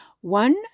One